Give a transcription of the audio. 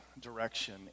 direction